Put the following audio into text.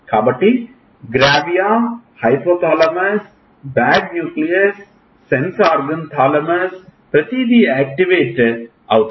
కాబట్టి గ్రావియా hypothalamus బాడ్ న్యూక్లియస్ సెన్స్ ఆర్గాన్ థాలమస్ ప్రతిదీ యాక్టివేట్ అవుతాయి